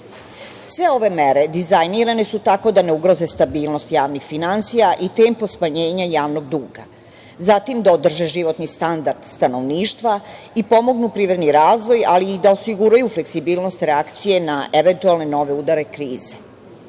ove mere, dizajnirane su tako da ne ugroze stabilnost javnih finansija i tempo smanjenja javnog duga, zatim da održe životni standard stanovništva i pomognu privredni razvoj, ali i da osiguraju fleksibilnost reakcije na nove udare